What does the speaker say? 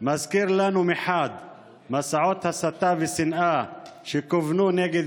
מזכיר לנו מסעות הסתה ושנאה שכוונו נגד